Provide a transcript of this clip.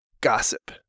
gossip